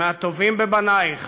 מהטובים בבנייך,